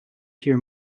hear